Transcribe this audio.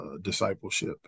discipleship